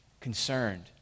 concerned